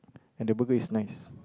and the burger is nice